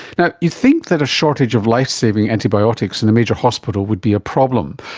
now, you'd think that a shortage of lifesaving antibiotics in a major hospital would be a problem,